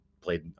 played